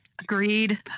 Agreed